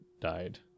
died